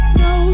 no